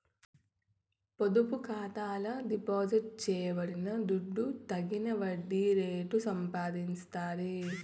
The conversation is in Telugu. పొదుపు ఖాతాల డిపాజిట్ చేయబడిన దుడ్డు తగిన వడ్డీ రేటు సంపాదిస్తాది